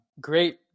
great